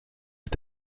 est